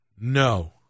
no